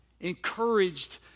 encouraged